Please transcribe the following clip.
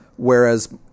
Whereas